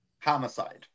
Homicide